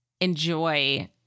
enjoy